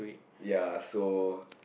ya so